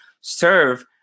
serve